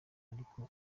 ariko